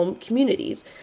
communities